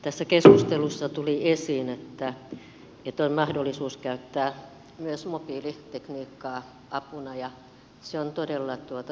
tässä keskustelussa tuli esiin että on mahdollisuus käyttää myös mobiilitekniikkaa apuna ja se on todella hyvä asia